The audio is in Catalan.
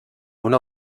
una